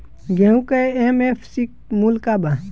गेहू का एम.एफ.सी मूल्य का बा?